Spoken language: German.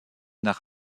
nach